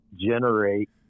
generate